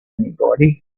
anybody